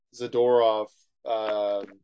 Zadorov